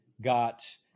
got